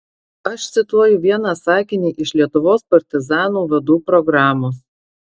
aš cituoju vieną sakinį iš lietuvos partizanų vadų programos